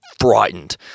frightened